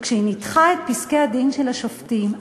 שכשהיא ניתחה את פסקי-הדין של השופטים,